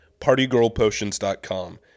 Partygirlpotions.com